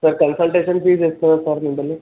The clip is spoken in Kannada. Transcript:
ಸರ್ ಕನ್ಸಲ್ಟೇಶನ್ ಫೀಸ್ ಎಷ್ಟು ತೊಗೊಂತಾರೆ ನಿಮ್ಮಲ್ಲಿ